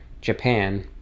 japan